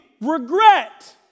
regret